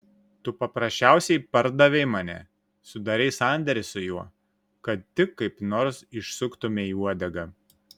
tu paprasčiausiai pardavei mane sudarei sandėrį su juo kad tik kaip nors išsuktumei uodegą